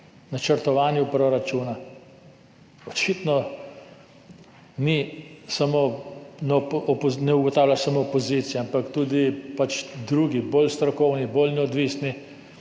načrtovanje proračuna. Očitno ne ugotavlja samo opozicija, ampak tudi drugi, bolj strokovni, bolj neodvisni